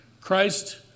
Christ